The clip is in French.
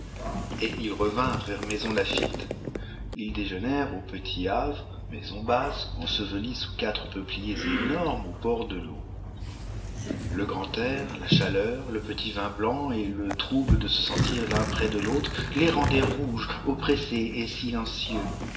et ils revinrent vers maisons laffitte ils déjeunèrent au petit havre maison basse ensevehe sous quatre peupliers énormes au bord de l'eau le grand air la chaleur le petit vin blanc et le trouble de se sentir l'un près de l'autre les rendaient rouges oppressés et silencieux